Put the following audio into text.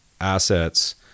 assets